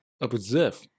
observe